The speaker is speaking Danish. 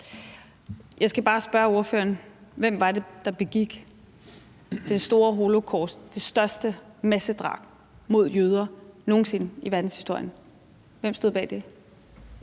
Jeg skal bare spørge ordføreren: Hvem var det, der begik det store holocaust, det største massedrab mod jøder nogen sinde i verdenshistorien? Hvem stod bag det?